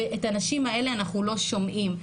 את הנשים האלה אנחנו לא שומעים.